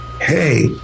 Hey